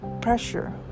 pressure